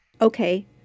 Okay